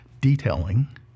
detailing